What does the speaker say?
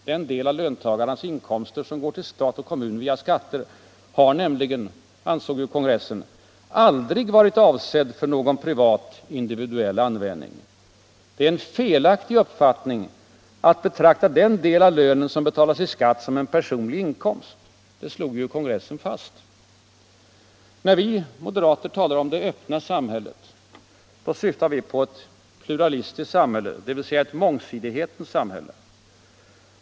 Den del av löntagarnas inkomster som går till stat och kommun via skatter har nämligen —- ansåg kongressen — ”aldrig varit avsedd för någon privat individuell användning”. Det är ”en felaktig uppfattning” att betrakta den del av lönen som betalas i skatt som en personlig inkomst — det slog kongressen fast. När vi moderater talar om ”det öppna samhället” syftar vi på ett pluralistiskt samhälle, dvs. ett mångsidighetens samhälle.